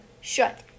shut